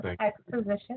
Exposition